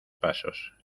pasos